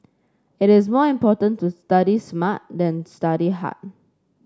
it is more important to study smart than study hard